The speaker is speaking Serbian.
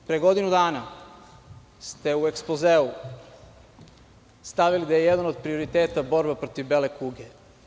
Pre godinu dana ste u ekspozeu stavili da je jedan od prioriteta borba protiv bele kuge.